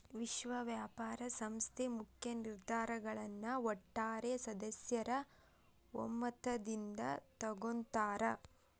ವಿಶ್ವ ವ್ಯಾಪಾರ ಸಂಸ್ಥೆ ಮುಖ್ಯ ನಿರ್ಧಾರಗಳನ್ನ ಒಟ್ಟಾರೆ ಸದಸ್ಯರ ಒಮ್ಮತದಿಂದ ತೊಗೊಳ್ತಾರಾ